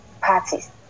parties